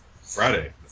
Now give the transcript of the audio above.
Friday